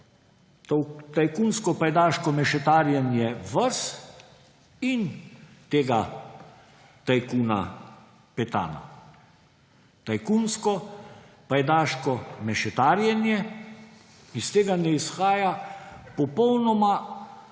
tajkunsko, pajdaško mešetarjenje vas in tega tajkuna Petana. Tajkunsko, pajdaško mešetarjenje. Iz tega ne izhaja popolnoma